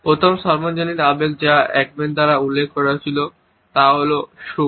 প্রথম সর্বজনীন আবেগ যা একম্যান দ্বারা উল্লেখ করা হয়েছে তা হল সুখ